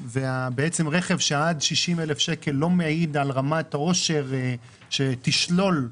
ובעצם רכב שעד 60,000 לא מעיד על רמת עושר שתשלול